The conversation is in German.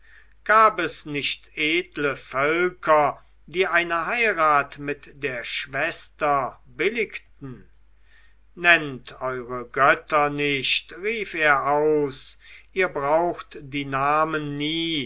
gab es nicht edle völker die eine heirat mit der schwester billigten nennt eure götter nicht rief er aus ihr braucht die namen nie